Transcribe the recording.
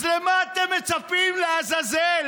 אז למה אתם מצפים, לעזאזל?